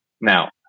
now